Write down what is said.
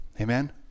amen